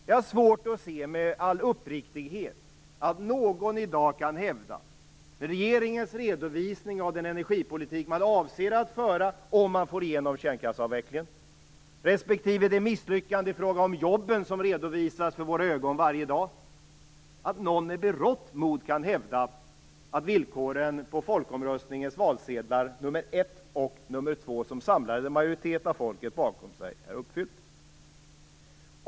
Jag har uppriktigt sagt svårt att se att någon i dag med berått mod kan, med tanke på regeringens redovisning av den energipolitik som man avser att föra, om man får igenom kärnkraftsavvecklingen, respektive det misslyckande i fråga om jobben som redovisas inför våra ögon varje dag, hävda att villkoret på folkomröstningens valsedlar nr 1 och nr 2, som samlade en majoritet av folket bakom sig, är uppfyllt.